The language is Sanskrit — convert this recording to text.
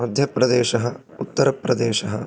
मध्यप्रदेशः उत्तरप्रदेशः